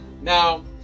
Now